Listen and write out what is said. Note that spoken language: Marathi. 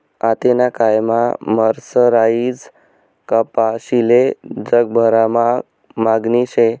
आतेना कायमा मर्सराईज्ड कपाशीले जगभरमा मागणी शे